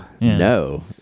no